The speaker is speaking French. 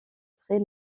très